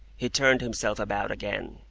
he turned himself about again,